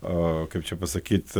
o kaip čia pasakyti